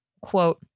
quote